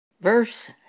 verse